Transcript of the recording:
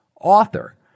author